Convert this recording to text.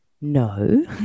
no